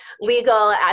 legal